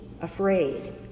afraid